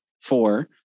four